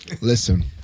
Listen